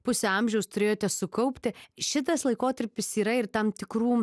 pusę amžiaus turėjote sukaupti šitas laikotarpis yra ir tam tikrų